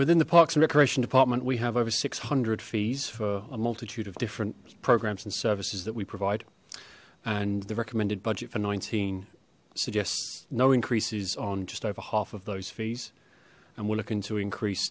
within the parks and recreation department we have over six hundred fees for a multitude of different programs and services that we provide and the recommended budget for nineteen suggests no increases on just over half of those fees and we're looking to increase